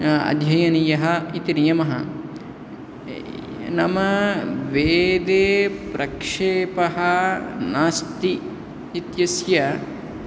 अध्ययनीयः इति नियमः नाम वेदे प्रक्षेपः नास्ति इत्यस्य